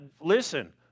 listen